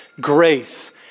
grace